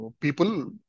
people